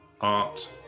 art